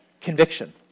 conviction